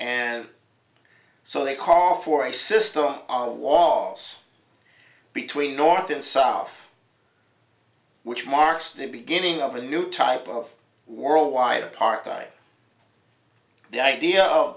and so they call for a system of walls between north and self which marks the beginning of a new type of world wide apartheid the idea of